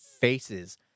faces